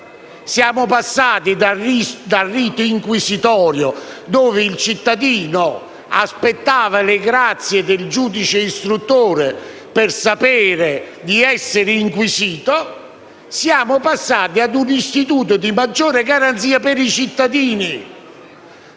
Siamo passati dal rito inquisitorio, dove il cittadino aspettava le grazie del giudice istruttore per sapere se era o no inquisito, ad un istituto di maggiore garanzia per i cittadini,